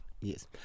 Yes